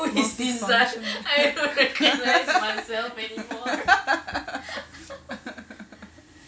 multifunction